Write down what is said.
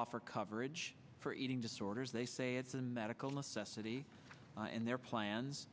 offer coverage for eating disorders they say it's a medical necessity and their plans